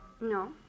No